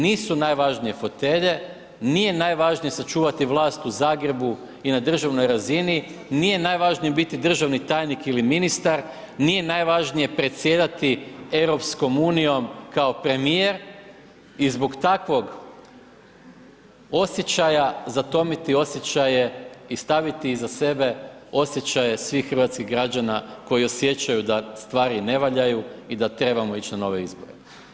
Nisu najvažnije fotelje, nije najvažnije sačuvati vlast u Zagrebu i na državnoj razini, nije najvažnije biti državni tajnik ili ministar, nije najvažnije predsjedati EU kao premijer i zbog takvog osjećaja zatomiti osjećaje i staviti iza sebe osjećaje svih hrvatskih građana koji osjećaju da stvari ne valjaju i da trebamo ići na nove izbore.